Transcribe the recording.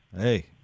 Hey